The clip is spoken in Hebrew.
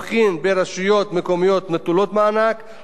לבין רשויות מקומיות שמקבלות מענק.